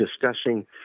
discussing